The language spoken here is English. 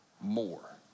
more